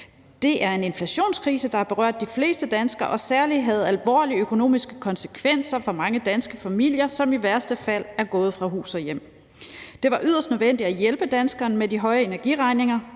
Det er en inflationskrise, der har berørt de fleste danskere og særlig havde alvorlige økonomiske konsekvenser for mange danske familier, som i værste fald er gået fra hus og hjem. Det var yderst nødvendigt at hjælpe danskerne med de høje energiregninger,